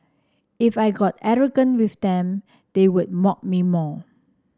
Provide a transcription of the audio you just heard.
if I got arrogant with them they would mock me more